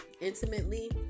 intimately